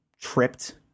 tripped